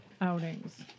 outings